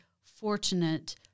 fortunate